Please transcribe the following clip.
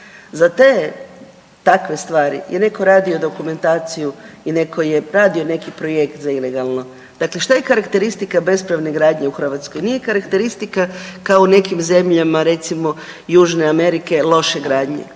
Za te takve stvari je netko radio dokumentaciju i neko je radio neki projekt za ilegalno. Dakle, šta je karakteristika bespravne gradnje u Hrvatskoj? Nije karakteristika kao u nekim zemljama, recimo Južne Amerike loše gradnje,